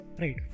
right